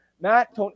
Matt